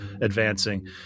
advancing